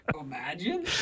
Imagine